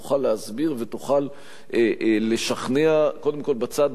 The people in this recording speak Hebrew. תוכל להסביר ותוכל לשכנע קודם כול בצד